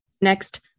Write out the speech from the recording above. Next